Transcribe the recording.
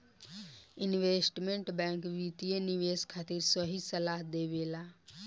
investment bank वित्तीय निवेश खातिर सही सलाह देबेला